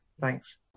thanks